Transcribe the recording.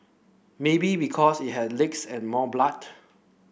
maybe because it had legs and more blood